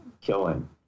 killing